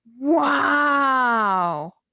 Wow